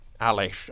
Alice